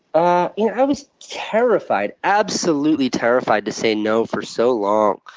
ah you know i was terrified, absolutely terrified to say no for so long.